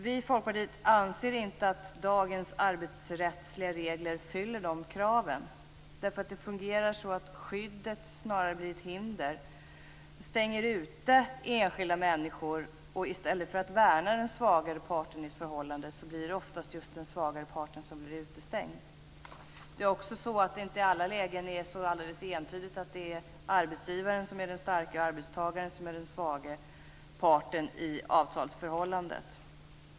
Vi i Folkpartiet anser inte att dagens arbetsrättsliga regler uppfyller de kraven därför att skyddet snarare blir ett hinder och stänger ute enskilda människor. I stället för att värna den svagare parten i ett förhållande blir det oftast just den svagare parten som blir utestängd. En andra faktor är att det inte i alla lägen är alldeles entydigt att arbetsgivaren är den starka parten och arbetstagaren den svaga parten i ett avtalsförhållande.